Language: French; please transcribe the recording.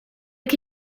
qui